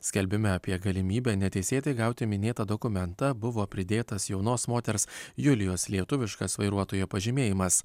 skelbime apie galimybę neteisėtai gauti minėtą dokumentą buvo pridėtas jaunos moters julijos lietuviškas vairuotojo pažymėjimas